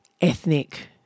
ethnic